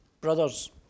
Brothers